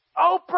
Oprah